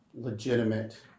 legitimate